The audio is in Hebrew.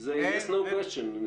זה yes/no question.